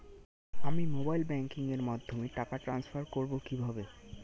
আমি mobile banking এর মাধ্যমে টাকা টান্সফার করব কিভাবে?